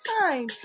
time